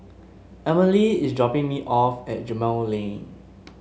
Emile is dropping me off at Gemmill Lane